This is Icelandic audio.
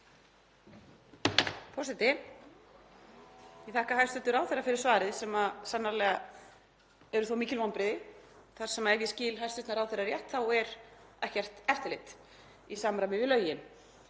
forseti. Ég þakka hæstv. ráðherra fyrir svarið sem sannarlega eru þó mikil vonbrigði þar sem, ef ég skil hæstv. ráðherra rétt, þá er ekkert eftirlit í samræmi við lögin.